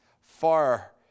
Far